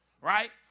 right